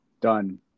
Done